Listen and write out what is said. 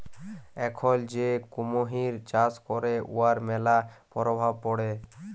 এখল যে কুমহির চাষ ক্যরে উয়ার ম্যালা পরভাব পড়ে